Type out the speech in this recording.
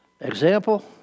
Example